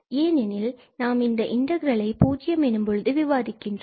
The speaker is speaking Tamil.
ஏனெனில் நாம் இங்கு இந்த இன்டகிரலை 0 எனும் பொழுது விவாதிக்கின்றோம்